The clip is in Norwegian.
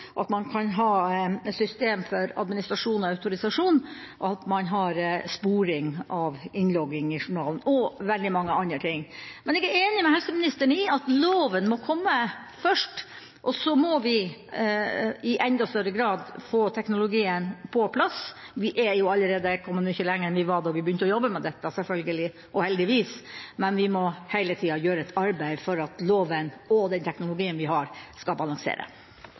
at man kan ha systemer for administrasjon og autorisasjon, og at man har sporing av innlogging i journalen – og veldig mange andre ting. Jeg er enig med helseministeren i at loven må komme først, og så må vi i enda større grad få teknologien på plass. Vi er selvfølgelig og heldigvis allerede kommet mye lenger enn vi var da vi begynte å jobbe med dette, men vi må hele tiden gjøre et arbeid for at loven og teknologien vi har, skal balansere.